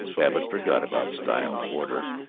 babbitt forgot about style, order,